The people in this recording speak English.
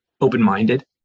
open-minded